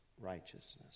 righteousness